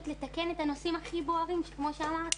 לתקן את הנושאים הכי בוערים כמו שאמרתי,